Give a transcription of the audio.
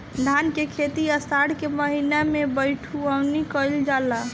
धान के खेती आषाढ़ के महीना में बइठुअनी कइल जाला?